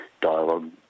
dialogue